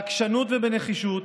בעקשנות ובנחישות